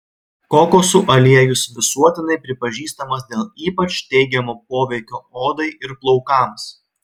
kokosų aliejus visuotinai pripažįstamas dėl ypač teigiamo poveikio odai ir plaukams